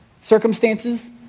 circumstances